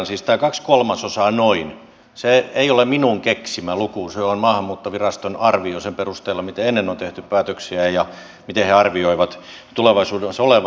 tämä noin kaksi kolmasosaa ei ole minun keksimäni luku se on maahanmuuttoviraston arvio sen perusteella miten ennen on tehty päätöksiä ja miten he arvioivat tulevaisuudessa olevan